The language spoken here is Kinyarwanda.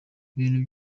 ibintu